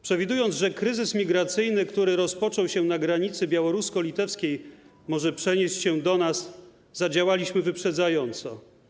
Przewidując, że kryzys migracyjny, który rozpoczął się na granicy białorusko-litewskiej, może przenieść się do nas, zadziałaliśmy wyprzedzająco.